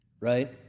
Right